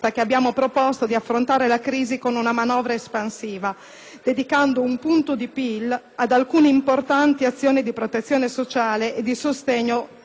In particolare, le misure proposte con l'emendamento 1.0.2 destinano oltre la metà di questo punto di PIL,